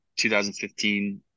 2015